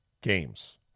games